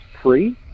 free